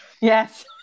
yes